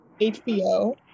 HBO